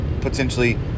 potentially